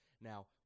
Now